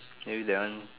maybe that one